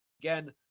Again